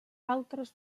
altres